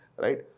right